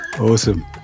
awesome